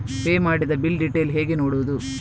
Pay ಮಾಡಿದ bill detail ಹೇಗೆ ನೋಡುವುದು?